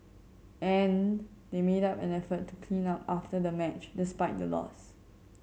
and they made up an effort to clean up after the match despite the loss